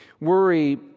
Worry